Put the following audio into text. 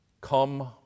Come